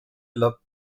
dla